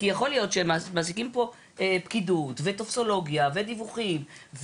יכול להיות שמעסיקים פה פקידות ו"טופסולוגיה" ודיווחים,